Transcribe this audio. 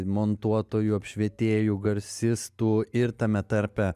montuotojų apšvietėjų garsistų ir tame tarpe